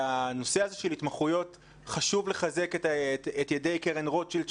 הנושא הזה של התמחויות חשוב לחזק את ידי קרן רוטשילד,